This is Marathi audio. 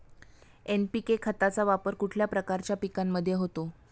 एन.पी.के खताचा वापर कुठल्या प्रकारच्या पिकांमध्ये होतो?